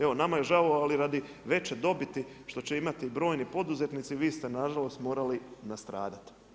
Evo, nama je žao, ali radi veće dobiti što će imati brojni poduzetnici vi ste na žalost morali nastradat.